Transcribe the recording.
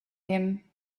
him